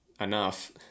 enough